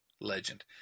legend